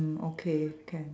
mm okay can